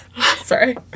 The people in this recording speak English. Sorry